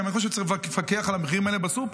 אני חושב שצריך לפקח על המחירים האלה בסופר,